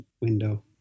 Window